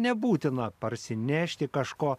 nebūtina parsinešti kažko